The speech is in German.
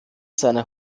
seine